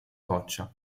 roccia